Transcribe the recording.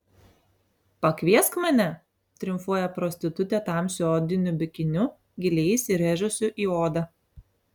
pakviesk mane triumfuoja prostitutė tamsiu odiniu bikiniu giliai įsirėžusiu į odą